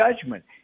judgment